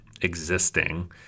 existing